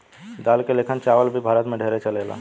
दाल के लेखन चावल भी भारत मे ढेरे चलेला